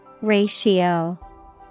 Ratio